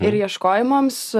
ir ieškojimams